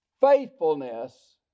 faithfulness